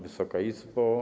Wysoka Izbo!